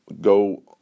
go